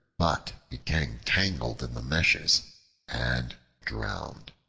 but became tangled in the meshes and drowned.